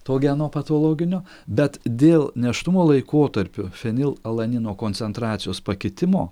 to geno patologinio bet dėl nėštumo laikotarpiu fenilalanino koncentracijos pakitimo